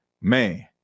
man